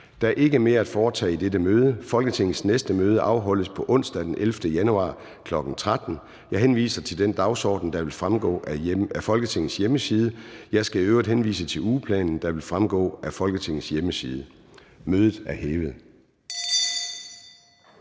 Der er ikke mere at foretage i dette møde. Folketingets næste møde afholdes på onsdag, den 11. januar 2023, kl. 13.00. Jeg henviser til den dagsorden, der vil fremgå af Folketingets hjemmeside. Jeg skal i øvrigt henvise til ugeplanen, der også vil fremgå af Folketingets hjemmeside. Mødet er hævet.